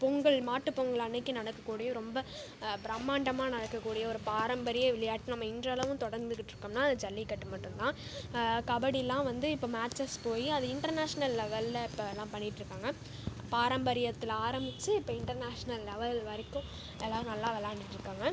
பொங்கல் மாட்டு பொங்கல் அன்றைக்கி நடக்ககூடிய ரொம்ப பிரம்மாண்டமாக நடக்கக் கூடிய ஒரு பாரம்பரிய விளையாட்டு நம்ப இன்றளவும் தொடர்ந்துற்றுக்கோம்னால் அது ஜல்லிகட்டு மட்டும்தான் கபடியெலாம் வந்து இப்போ மேட்சஸ் போய் அது இன்டர்நேஷ்னல் லெவலில் இப்போல்லாம் பண்ணிட்டிருக்காங்க பாரம்பரியத்தில் ஆரம்பிச்சு இப்போ இன்டர்நேஷ்னல் லெவல் வரைக்கும் எல்லா நல்லா விளையாண்டுட்டிருக்காங்க